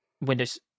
windows